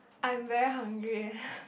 I'm very hungry eh